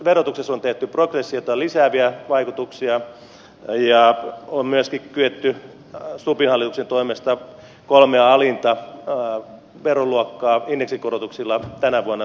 verotuksessa on tehty progressiota lisääviä vaikutuksia ja on myöskin kyetty stubbin hallituksen toimesta kolmeen alimpaan veroluokkaan indeksikorotuksia tänä vuonna toteuttamaan